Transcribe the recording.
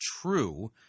true